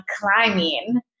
climbing